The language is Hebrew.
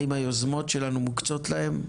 האם היוזמות שלנו מוקצות להם?